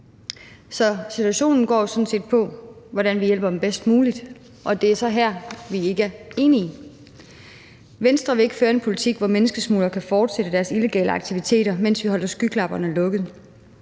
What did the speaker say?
Så situationen går jo sådan set på, hvordan vi hjælper dem bedst muligt, og det er så her, vi ikke er enige. Venstre vil ikke føre en politik, hvor menneskesmuglere kan fortsætte deres illegale aktiviteter, mens vi holder skyklapperne lukkede.